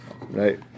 right